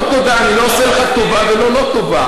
לא, תודה, אני לא עושה לך טובה ולא לא-טובה.